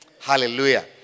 Hallelujah